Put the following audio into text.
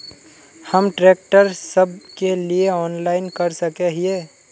हम ट्रैक्टर सब के लिए ऑनलाइन कर सके हिये?